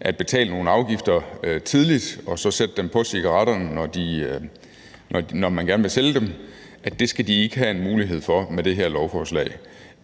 at betale nogle afgifter tidligt og så sætte dem på cigaretterne, når man gerne vil sælge dem, ikke skal have den mulighed.